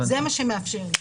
זה מה שמאפשר לי.